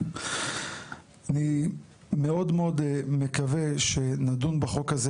אני מאוד מאוד מקווה שנדון בחוק הזה,